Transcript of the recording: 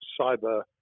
cyber